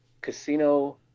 Casino